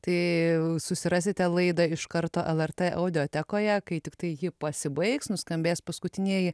tai susirasite laidą iš karto lrt audiotekoje kai tiktai ji pasibaigs nuskambės paskutinieji